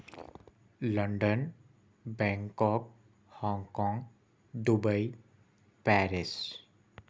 London Bangkok Hong Kong Dubai Paris